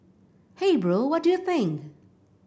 hey bro what do you think